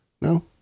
No